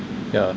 yeah